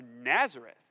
Nazareth